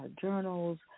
journals